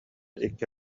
икки